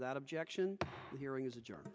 without objection hearing is a j